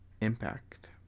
impact